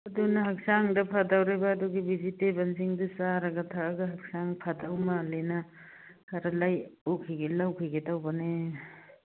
ꯑꯗꯨꯅ ꯍꯛꯆꯥꯡꯗ ꯐꯗꯧꯔꯤꯕ ꯑꯗꯨꯒꯤ ꯕꯤꯖꯤꯇꯦꯕꯜꯁꯤꯡꯗꯣ ꯆꯥꯔꯒ ꯊꯛꯑꯒ ꯍꯛꯆꯥꯡ ꯐꯗꯧ ꯃꯥꯜꯂꯦꯅ ꯈ꯭ꯔꯥ ꯄꯨꯈꯤꯒꯦ ꯂꯧꯈꯤꯒꯦ ꯇꯧꯕꯅꯦ